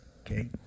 okay